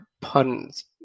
puns